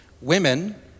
Women